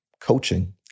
coaching